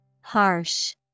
Harsh